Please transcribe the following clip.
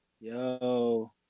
Yo